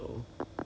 ya